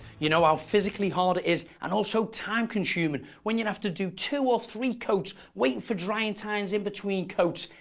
you know how physically harder is and also time-consuming when you have to do two or three coats waiting for drying times in between coats.